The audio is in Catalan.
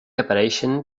apareixen